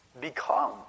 Become